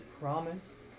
promise